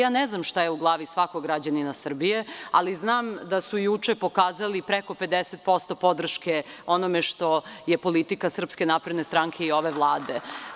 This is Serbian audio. Ja ne znam šta je u glavi svakog građanina Srbije, ali znam da su juče pokazali preko 50% podrške onome što je politika SNS i ove Vlade.